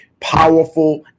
powerful